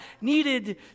needed